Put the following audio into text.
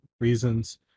reasons